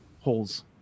holes